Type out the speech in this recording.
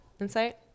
insight